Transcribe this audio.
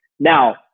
Now